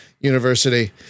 university